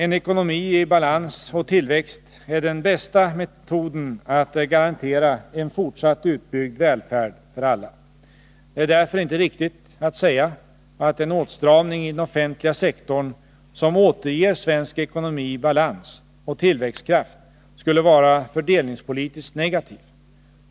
En ekonomi i balans och tillväxt är den bästa metoden att garantera en fortsatt utbyggd välfärd för alla. Det är därför inte riktigt att säga att en åtstramning i den offentliga sektorn, som återger svensk ekonomi balans och tillväxtkraft, skulle vara fördelningspolitiskt negativ.